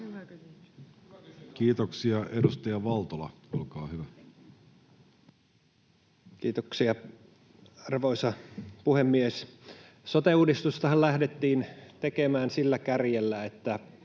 Kiitoksia. — Edustaja Valtola, olkaa hyvä. Kiitoksia, arvoisa puhemies! Sote-uudistustahan lähdettiin tekemään sillä kärjellä, että